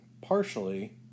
partially